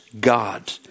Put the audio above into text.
God